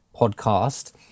podcast